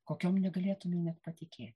kokiom negalėtumei net patikėt